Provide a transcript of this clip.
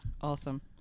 Awesome